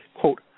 quote